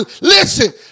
listen